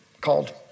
called